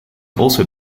also